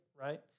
right